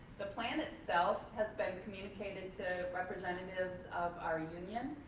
the plan itself has been communicated to representatives of our union.